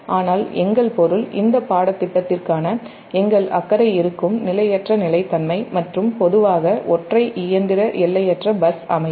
ஆனால் எங்கள் பொருள் இந்த பாடத்திட்டத்திற்கான எங்கள் அக்கறை இருக்கும் நிலையற்ற நிலைத்தன்மை மற்றும் பொதுவாக ஒற்றை இயந்திர எல்லையற்ற பஸ் அமைப்பு